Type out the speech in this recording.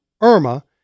Irma